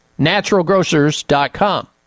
naturalgrocers.com